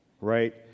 right